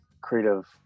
creative